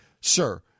Sir